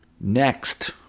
Next